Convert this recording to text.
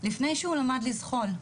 לפני שהוא למד לזחול.